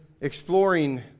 exploring